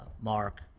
Mark